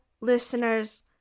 listeners